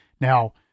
Now